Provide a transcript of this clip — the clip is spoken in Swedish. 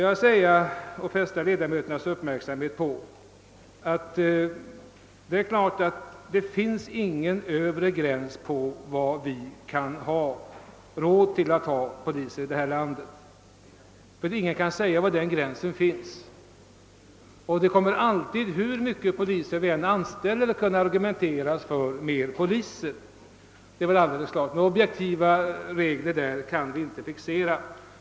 Jag vill fästa ledamöternas uppmärksamhet på att det inte finns någon övre gräns för hur många poliser vi kan ha råd med i detta land — i varje fall kan ingen säga var den gränsen finns. Man kommer alltid från något håll — hur många poliser vi än anställer — att argumentera för ännu fler polistjänster. Några objektiva regler går inte att fixera.